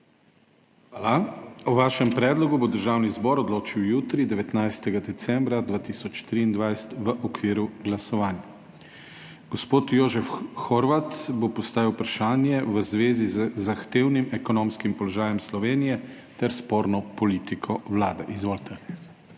Hvala. O vašem predlogu bo Državni zbor odločal jutri, 19. decembra 2023, v okviru glasovanj. Gospod Jožef Horvat bo postavil vprašanje v zvezi z zahtevnim ekonomskim položajem Slovenije ter sporno politiko Vlade. Izvolite.